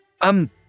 Um